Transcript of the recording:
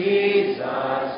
Jesus